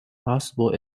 possible